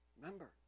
Remember